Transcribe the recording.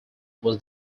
was